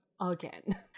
again